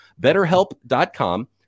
betterhelp.com